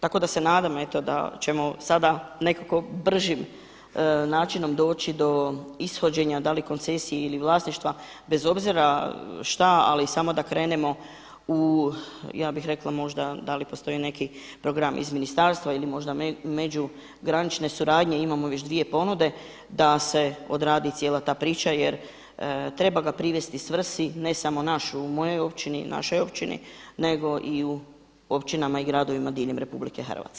Tako da se nadam eto da ćemo sada nekako bržim načinom doći do ishođenja da li koncesije ili vlasništva bez obzira šta ali samo da krenemo u ja bih rekla možda da li postoji neki program iz ministarstva ili možda međugranične suradnje, imamo već dvije ponude da se odradi cijela ta priča jer treba ga privesti svrsi, ne samo u našoj, u mojoj općini, u našoj općini nego i u općinama i gradovima diljem RH.